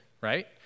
right